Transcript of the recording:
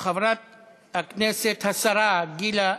חברת הכנסת השרה גילה,